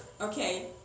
Okay